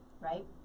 Right